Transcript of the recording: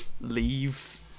leave